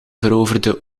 veroverde